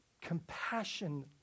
compassion